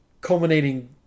culminating